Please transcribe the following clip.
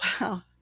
wow